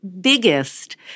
biggest